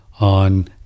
on